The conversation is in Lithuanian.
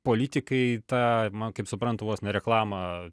politikai tą kaip suprantu vos ne reklamą